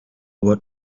what